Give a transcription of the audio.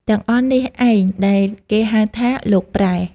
ទាំងអស់នេះឯង ដែលគេហៅថា “លោកប្រែ” ។